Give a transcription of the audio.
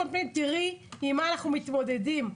הפנים ותראי עם מה אנחנו מתמודדים.